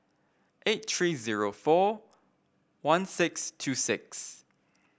eight three zero four one six two six